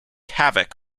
havoc